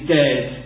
dead